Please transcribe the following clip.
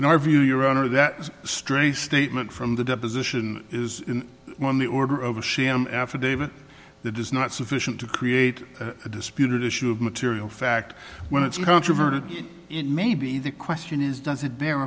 in our view your honor that stray statement from the deposition is on the order of a sham affidavit that is not sufficient to create a disputed issue of material fact when it's controverted it may be the question is does it